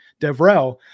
Devrel